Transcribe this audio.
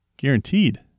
guaranteed